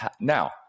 now